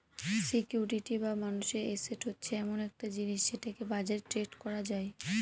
security বা মানুষের asset হচ্ছে এমন একটা জিনিস যেটাকে বাজারে ট্রেড করা যায়